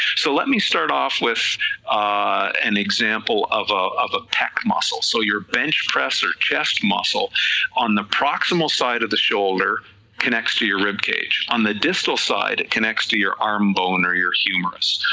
so let me start off with an example of ah of a pec muscle, so your bench press or chest muscle on the proximal side of the shoulder connects to your rib cage, on the distal side it connects to your arm bone or humorous,